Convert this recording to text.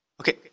Okay